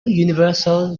universal